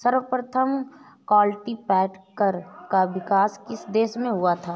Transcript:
सर्वप्रथम कल्टीपैकर का विकास किस देश में हुआ था?